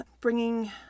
bringing